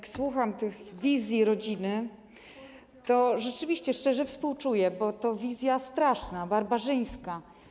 Gdy słucham o tych wizjach rodziny, to rzeczywiście szczerze współczuję, bo to wizja straszna, barbarzyńska.